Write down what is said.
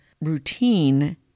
routine